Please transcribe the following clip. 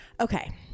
okay